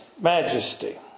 majesty